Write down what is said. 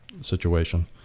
situation